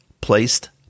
Placed